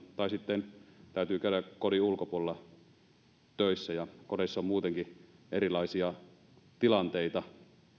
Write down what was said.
tai sitten täytyy käydä kodin ulkopuolella töissä ja kodeissa on muutenkin erilaisia tilanteita